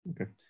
Okay